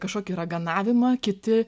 kažkokį raganavimą kiti